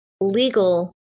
legal